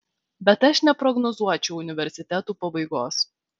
bet aš neprognozuočiau universitetų pabaigos